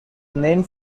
named